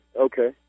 okay